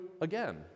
again